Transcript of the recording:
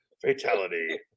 Fatality